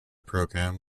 program